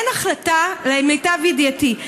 למיטב ידיעתי,